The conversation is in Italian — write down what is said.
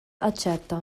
accetta